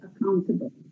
accountable